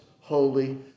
holy